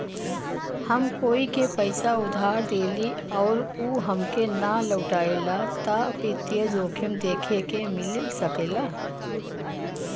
हम कोई के पइसा उधार देली आउर उ हमके ना लउटावला त वित्तीय जोखिम देखे के मिल सकला